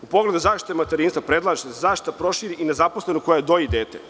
U pogledu zaštite materinstva predlaže se da se zaštita proširi na zaposlenu koja doji dete.